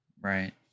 Right